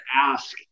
ask